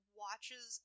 watches